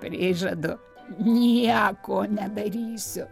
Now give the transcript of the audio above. prižadu nieko nedarysiu